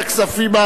ועדת הכספים,